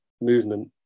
movement